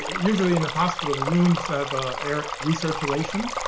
usually in the hospitals, the rooms have ah air recirculation,